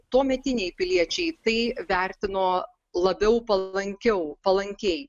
tuometiniai piliečiai tai vertino labiau palankiau palankiai